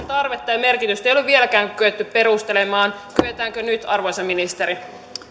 tarvetta ja merkitystä ei ole vieläkään kyetty perustelemaan kyetäänkö nyt arvoisa ministeri